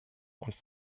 und